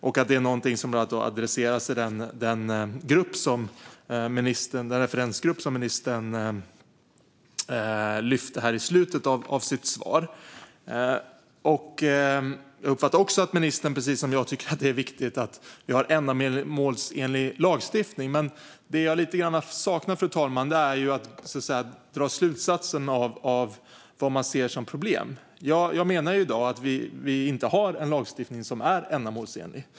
Detta är något som adresseras i den referensgrupp som ministern tog upp i slutet av sitt svar. Jag uppfattade också att ministern, precis som jag, tycker att det är viktigt att vi har en ändamålsenlig lagstiftning. Vad jag lite grann saknar, fru talman, är att man drar en slutsats av det som man ser som ett problem. Enligt mig har vi inte i dag en lagstiftning som är ändamålsenlig.